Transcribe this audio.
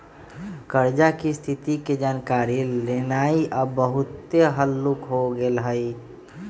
कर्जा की स्थिति के जानकारी लेनाइ अब बहुते हल्लूक हो गेल हइ